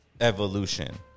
evolution